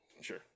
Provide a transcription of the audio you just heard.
sure